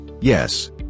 Yes